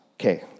Okay